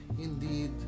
indeed